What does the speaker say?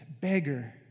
beggar